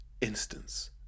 instance